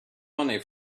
money